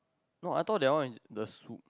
no I thought that one with the soup